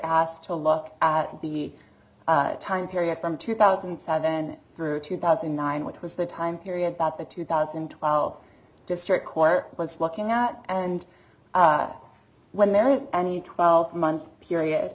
asked to look at the time period from two thousand psi then through two thousand and nine which was the time period that the two thousand and twelve district court was locking up and when there is any twelve month period